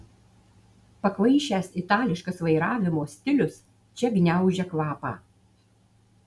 pakvaišęs itališkas vairavimo stilius čia gniaužia kvapą